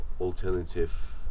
alternative